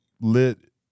Lit